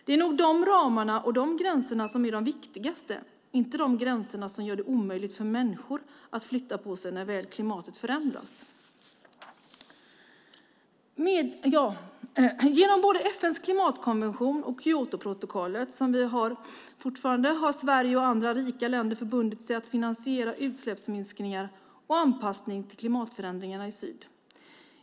Det är de ramarna och gränserna som är de viktigaste och inte de gränser som gör det omöjligt för människor att flytta på sig när väl klimatet förändras. Genom både FN:s klimatkonvention och Kyotoprotokollet, som vi fortfarande har, har Sverige och andra rika länder förbundit sig att finansiera utsläppsminskningar och anpassning till klimatförändringarna i syd.